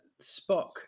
Spock